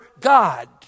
God